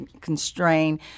constrain